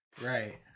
right